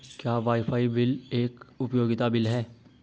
क्या wifi bill एक उपयोगिता बिल है?